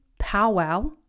powwow